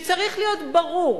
שצריך להיות ברור